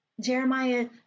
Jeremiah